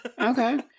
okay